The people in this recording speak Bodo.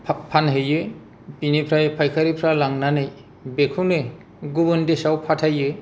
फानहैयो बेनिफ्राय फायखारिफ्रा लांनानै बेखौनो गुबुन देशआव फाथायो